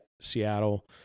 Seattle